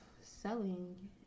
selling